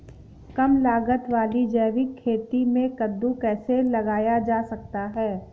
कम लागत वाली जैविक खेती में कद्दू कैसे लगाया जा सकता है?